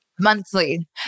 monthly